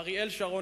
אריאל שרון,